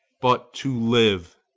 but to live.